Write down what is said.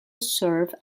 served